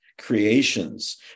creations